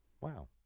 Wow